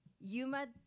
Yuma